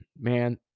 man